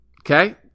Okay